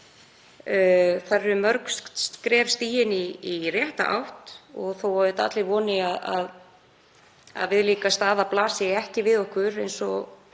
Þar eru mörg skref stigin í rétta átt og þó að allir voni að viðlíka staða blasi ekki við okkur og